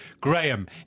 Graham